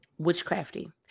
witchcrafty